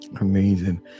amazing